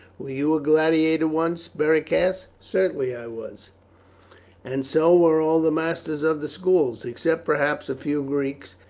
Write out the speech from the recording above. were you a gladiator once? beric asked. certainly i was and so were all the masters of the schools, except, perhaps, a few greeks,